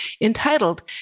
entitled